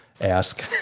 ask